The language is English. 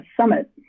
Summit